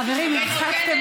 חברים, הרחקתם